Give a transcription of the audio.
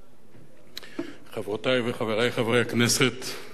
חברותי וחברי חברי הכנסת,